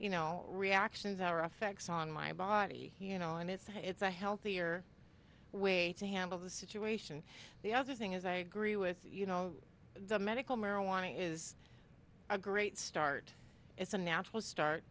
you know reactions are affects on my body you know and it's it's a healthier way to handle the situation the other thing is i agree with you know the medical marijuana is a great start it's a natural start